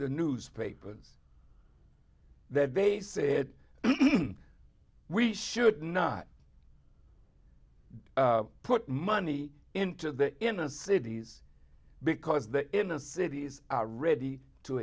the newspapers that they said we should not put money into the inner cities because the inner cities are ready to